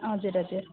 हजुर हजुर